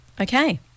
Okay